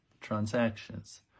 transactions